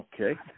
Okay